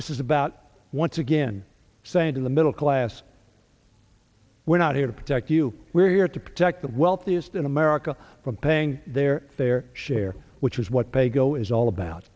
this is about once again saying to the middle class we're not here to protect you we're here to protect the wealthiest in america from paying their fair share which is what paygo is all about